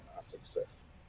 success